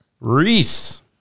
Reese